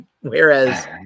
Whereas